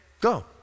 go